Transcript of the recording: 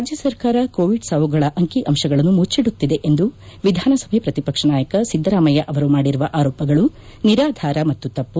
ರಾಜ್ಯಸರ್ಕಾರ ಕೋವಿಡ್ ಸಾವುಗಳ ಅಂಕಿ ಅಂಶಗಳನ್ನು ಮುಚ್ಚಿದುತ್ತಿದೆ ಎಂದು ವಿಧಾನಸಭೆ ಪ್ರತಿಪಕ್ಷ ನಾಯಕ ಸಿದ್ದರಾಮಯ್ಯ ಅವರು ಮಾಡಿರುವ ಆರೋಪಗಳು ನಿರಾಧಾರ ಮತ್ತು ತಪ್ಪು